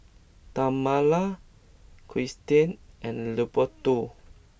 Tamala Kirstie and Leopoldo